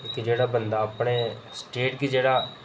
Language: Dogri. की जेह्ड़ा बंदा अपने स्टेट गी जेह्ड़ा